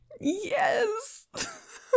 Yes